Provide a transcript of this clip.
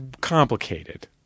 complicated